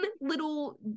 little